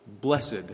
blessed